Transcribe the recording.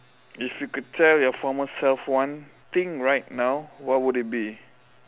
if you could tell your formal self one thing right now what would it be